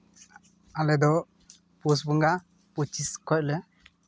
ᱟᱞᱮ ᱫᱚ ᱯᱳᱥ ᱵᱚᱸᱜᱟ ᱯᱚᱸᱪᱤᱥ ᱠᱷᱚᱡ ᱞᱮ